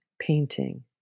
painting